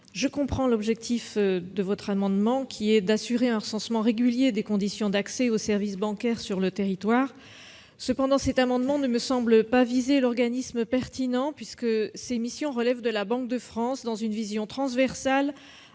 je comprends l'objectif de votre amendement, qui est d'assurer un recensement régulier des conditions d'accès aux services bancaires sur le territoire. Cependant, il ne me semble pas viser l'organisme pertinent, puisque ces missions relèvent de la Banque de France, dans une vision transversale